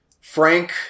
Frank